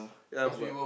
ya but